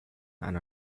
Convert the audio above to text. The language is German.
einer